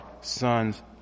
sons